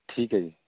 ਠੀਕ ਹੈ ਜੀ